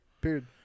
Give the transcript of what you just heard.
period